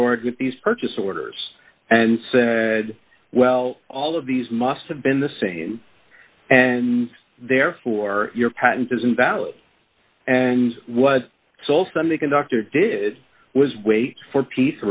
forward with these purchase orders and said well all of these must have been the same and therefore your patent is invalid and what so some of the conductor did was wait for p